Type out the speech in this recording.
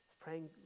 praying